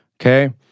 Okay